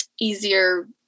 easier